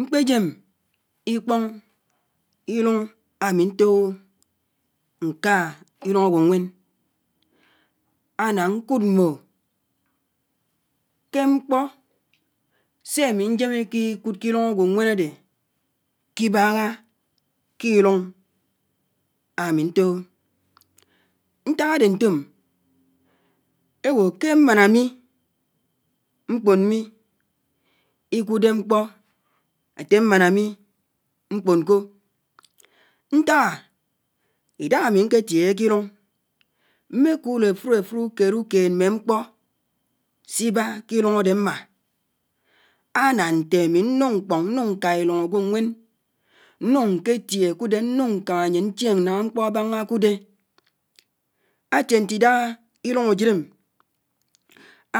Mkpéjém, ìkpóñ, ílùñ, ámì ñtòhò ñkà ílùñ ágwò ñwén áná ñkùd mmò kémkpó sémì ñtém íkìkùd kílùñ ágwò ñwén ádé íbáhá kílùñ ámì ñtòhò, ñták ádé ñtòm, éwò ké mmáná mi mkpòn mì íkùdé mkpó áté mmáná mì mkpòn kà, ñtáhá? Ídáhá ámì ñketié kírùñ mmékùd áfùdáfùd ùkéd mmé mkpó síbá kírùñ ádé mmá áná ñté ámì ñnùñ mkpóñ, ñnùñ ñká ílùñ ágwòñwen ñnùñ nkétié ñnùñ ñkámá ányén ñchiéñ náñá mkpò ábáñá kùdé, átié ñtídáhá írùñ ájídém